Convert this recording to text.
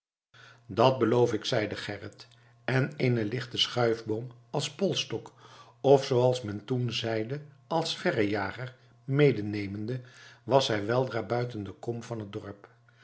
dat beloof ik zeide gerrit en eenen lichten schuifboom als polsstok of zooals men toen zeide als verrejager medenemende was hij weldra buiten de kom van het dorp